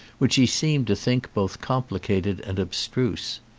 which he seemed to think both complicated and abstruse.